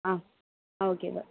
ஆ ஆ ஓகே